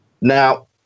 Now